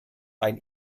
ein